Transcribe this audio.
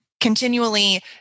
continually